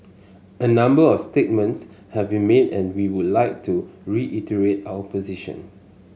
a number of statements have been made and we would like to reiterate our position